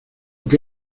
que